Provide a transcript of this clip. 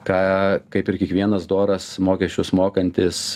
ką kaip ir kiekvienas doras mokesčius mokantis